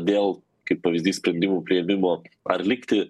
dėl kaip pavyzdys sprendimų priėmimo ar likti